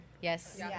Yes